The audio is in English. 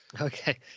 okay